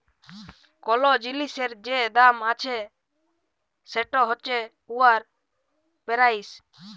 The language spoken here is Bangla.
কল জিলিসের যে দাম আছে সেট হছে উয়ার পেরাইস